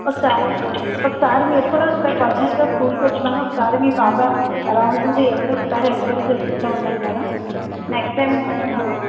ఒకసారి ఒకసారి మీరు కూడా ఒకసారి పర్సనల్గా స్కూల్కు వచ్చి మేడం ఒకసారి మీ పాప ఎలా ఉంటుంది ఏంటో ఒకసారి ఎంక్వైరీ చేసుకుంటు ఉండండి మేడం నెక్స్ట్ ఏమో